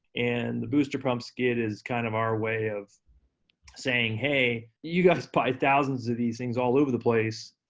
and the booster pump skid is kind of our way of saying, hey, you guys buy thousands of these things all over the place,